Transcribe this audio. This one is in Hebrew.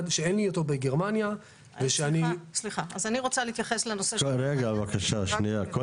שאין לי אותו בגרמניה ושאני --- הדברים לא